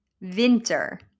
Winter